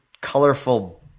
colorful